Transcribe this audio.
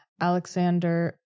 Alexander